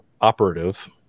operative